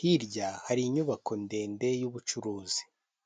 hirya hari inyubako ndende y'ubucuruzi.